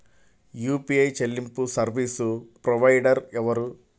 UPI చెల్లింపు service provider ఎవరు?